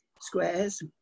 squares